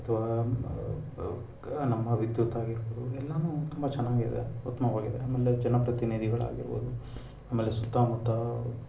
ಅಥವಾ ನಮ್ಮ ವಿದ್ಯುತ್ ಆಗಿರ್ಬೋದು ಎಲ್ಲನೂ ತುಂಬ ಚೆನ್ನಾಗಿದೆ ಉತ್ತಮವಾಗಿದೆ ಆಮೇಲೆ ಜನಪ್ರತಿನಿಧಿಗಳಾಗಿರ್ಬೋದು ಆಮೇಲೆ ಸುತ್ತಮುತ್ತ